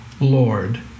Lord